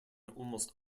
almost